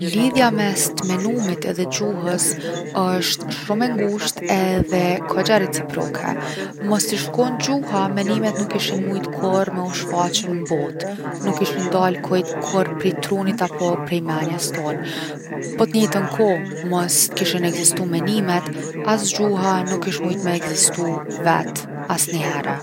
Lidhja mes t’menumit dhe gjuhës osht shumë e ngushtë edhe kogja reciproke. Mos t’ish kon gjuha, menimet nuk kishin mujt kurrë me u shfaq n’botë, nuk kishin dal kuj- kurr’ prej trunit apo prej menjes tonë. Po t’njejtën kohë, mos t’kishin ekzistu menimet, as gjuha nuk kish mujt me ekzistu vet’ asnihere.